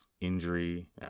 injury